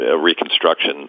reconstruction